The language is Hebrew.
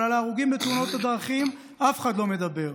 אבל על ההרוגים בתאונות הדרכים אף אחד לא מדבר.